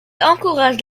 encourage